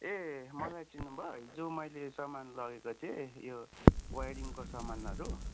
ए मलाई चिन्नुभयो हिजो मैले सामान लागेको थिएँ यो वाइरिङको सामानहरू